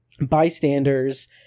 bystanders